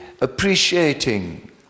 appreciating